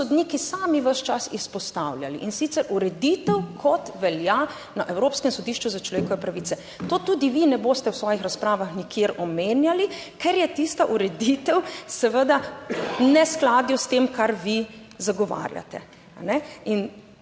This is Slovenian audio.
sodniki sami ves čas izpostavljali, in sicer ureditev, kot velja na Evropskem sodišču za človekove pravice. To tudi vi ne boste v svojih razpravah nikjer omenjali, ker je tista ureditev seveda v neskladju s tem, kar vi zagovarjate.